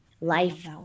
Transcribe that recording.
Life